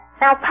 Now